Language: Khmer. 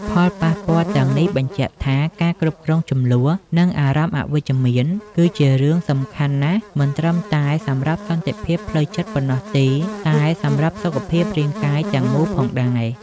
ផលប៉ះពាល់ទាំងនេះបញ្ជាក់ថា ការគ្រប់គ្រងជម្លោះ និងអារម្មណ៍អវិជ្ជមាន គឺជារឿងសំខាន់ណាស់មិនត្រឹមតែសម្រាប់សន្តិភាពផ្លូវចិត្តប៉ុណ្ណោះទេ តែសម្រាប់សុខភាពរាងកាយទាំងមូលផងដែរ។